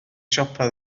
siopa